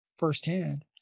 firsthand